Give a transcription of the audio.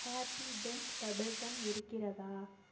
Happydent bubble gum இருக்கிறதா